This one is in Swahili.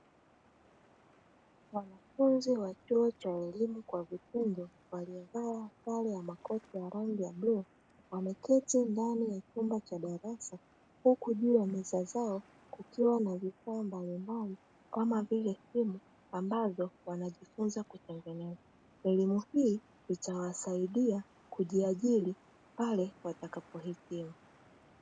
Wanafunzi wa chuo cha elimu kwa vitendo wamevaa sare ya makoti ya rangi ya bluu, ameketi ndani ya chumba cha darasa huku juu ya meza zao kukiwa na vifaa mbalimbali kama vile simu ambazo wanajifunza kutengeneza, elimu hii itawasaidia kujiajiri pale watakapohitimu.